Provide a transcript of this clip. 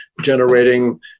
generating